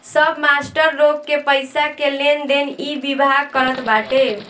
सब मास्टर लोग के पईसा के लेनदेन इ विभाग करत बाटे